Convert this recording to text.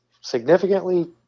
significantly